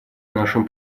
нашим